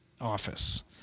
Office